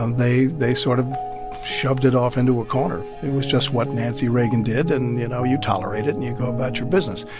um they they sort of shoved it off into a corner. it was just what nancy reagan did. and you know, you tolerate it, and you go about your business.